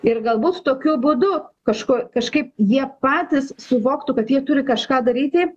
ir galbūt tokiu būdu kažku kažkaip jie patys suvoktų kad jie turi kažką daryti